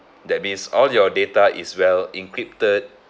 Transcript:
that means all your data is well encrypted